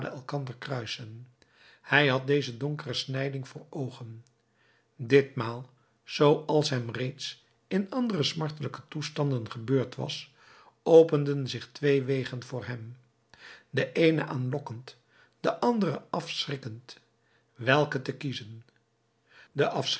elkander kruisen hij had deze donkere snijding voor oogen ditmaal zooals hem reeds in andere smartelijke toestanden gebeurd was openden zich twee wegen voor hem de eene aanlokkend de andere afschrikkend welken te kiezen de